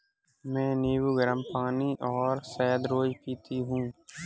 मैं नींबू, गरम पानी और शहद रोज पीती हूँ